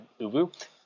Ubu